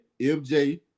MJ